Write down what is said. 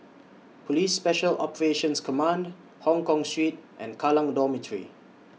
Police Special Operations Command Hongkong Street and Kallang Dormitory